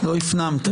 לא הפנמת.